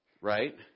right